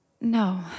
No